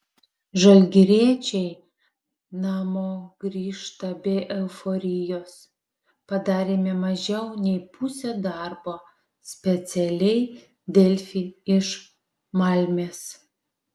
žalgiriečiai namo grįžta be euforijos padarėme mažiau nei pusę darbo specialiai delfi iš malmės